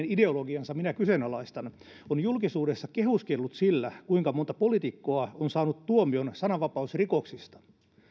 ideologian minä kyseenalaistan on julkisuudessa kehuskellut sillä kuinka monta poliitikkoa on saanut tuomion sananvapausrikoksista